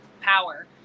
Power